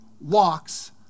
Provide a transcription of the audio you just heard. walks